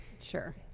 Sure